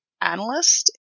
analyst